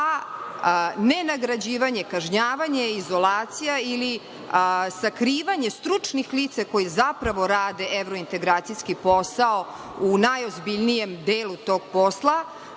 a nenagrađivanje, kažnjavanje, izolacija ili sakrivanje stručnih lica koji zapravo rade evrointegracijski posao u najozbiljnijem delu tog posla